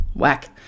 whack